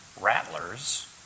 Rattlers